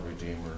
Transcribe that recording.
Redeemer